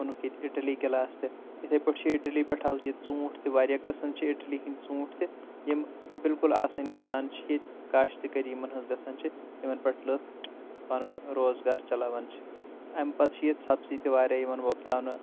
اوٚنُکھ ییٚتہِ اٹلی گلاس تہِ اِتھے پٲٹھۍ چھِ اٹلی پٮ۪ٹھ آو ییٚتہِ ژوٗنٹھ تہِ واریاہ قسٕم چھِ اٹلی ہٕنٛدۍ ژوٗنٹھۍ تہِ یِم بالکُل آسٲنی سان چھِ ییٚتہِ کاشت کٲری یِمن ہٕنٛز گژھان چھِ یِمن پٮ۪ٹھ لُکھ پنُن روزگار چلاوان چھِ امہِ پتہٕ چہِ ییٚتہِ سبٕزی تہِ واریاہ یِوان وۄپداونہٕ